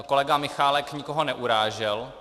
Kolega Michálek nikoho neurážel.